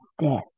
death